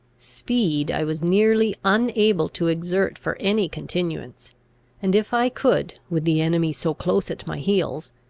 speed i was nearly unable to exert for any continuance and, if i could, with the enemy so close at my heels,